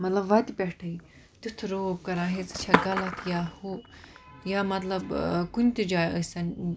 مَطلَب وَتہِ پیٚٚٹھٕے تیُتھ روب کَران ہے ژٕ چھَکھ غَلَط یا ہُہ یا مَطلَب کُنہِ تہِ جایہِ ٲسِن